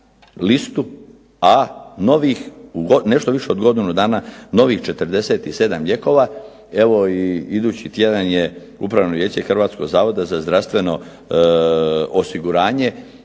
listu A novih, nešto više od godinu dana, novih 47 lijekova. Evo i idući tjedan je Upravno vijeće Hrvatskog zavoda za zdravstveno osiguranje